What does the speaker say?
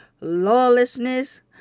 lawlessness